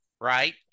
right